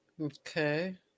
okay